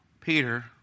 Peter